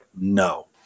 no